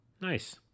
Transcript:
Nice